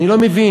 אני לא מבין,